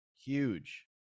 huge